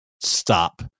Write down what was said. Stop